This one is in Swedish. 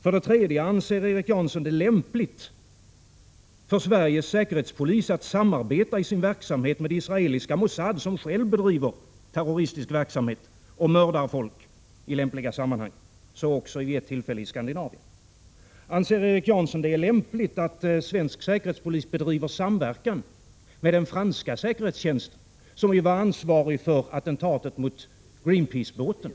För det tredje: Anser Erik Janson att det är lämpligt för Sveriges säkerhetspolis att i sin verksamhet samarbeta med det israeliska Mussad, som självt bedriver terroristisk verksamhet och mördar folk i lämpliga sammanhang, vid ett tillfälle också i Skandinavien. För det fjärde: Anser Erik Janson att det är lämpligt att svensk säkerhetspolis bedriver samverkan med den franska säkerhetstjänsten, som ju var ansvarig för attentatet mot Greenpeace-båten?